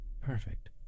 perfect